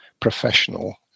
professional